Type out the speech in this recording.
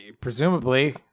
Presumably